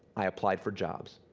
i applied for jobs.